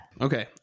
Okay